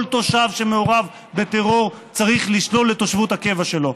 כל תושב שמעורב בטרור צריך לשלול את תושבות הקבע שלו.